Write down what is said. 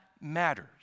matters